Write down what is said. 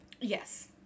Yes